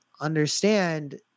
understand